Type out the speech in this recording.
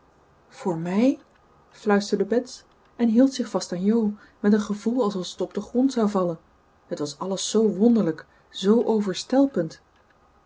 voor mij fluisterde bets en hield zich vast aan jo met een gevoel alsof ze op den grond zou vallen het was alles zoo wonderlijk zoo